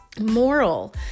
Moral